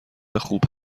خوب